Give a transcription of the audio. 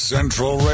Central